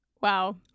Wow